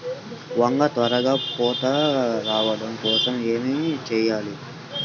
వంగ త్వరగా పూత రావడం కోసం ఏమి చెయ్యాలి?